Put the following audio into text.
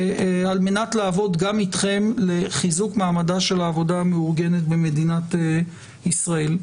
על-מנת לעבוד עם אתכם לחיזוק מעמדה של העבודה המאורגנת במדינת ישראל.